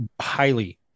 highly